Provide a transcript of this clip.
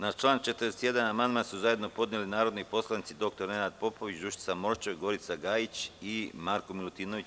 Na član 41. amandman su zajedno podneli narodni poslanici dr Nenad Popović, Dušica Morčev, Gorica Gajić i Marko Milutinović.